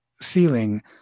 ceiling